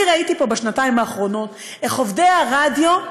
אני ראיתי פה בשנתיים האחרונות איך עובדי הרדיו,